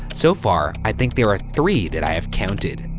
so far, i think there are three that i have counted.